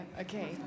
okay